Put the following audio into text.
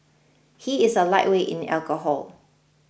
he is a lightweight in alcohol